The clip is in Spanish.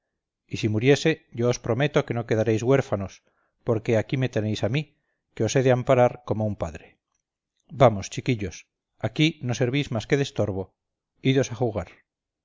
y si muriese yo os prometo que no quedaréis huérfanos porque aquí me tenéis a mí que os he de amparar como un padre vamos chiquillos aquí no servís más que de estorbo idos a jugar